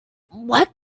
what